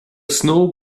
snow